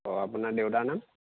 অঁ আপোনাৰ দেউতাৰ নাম